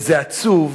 זה עצוב,